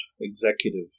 executive